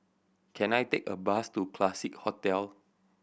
can I take a bus to Classique Hotel